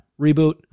reboot